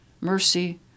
mercy